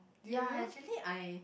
ya actually I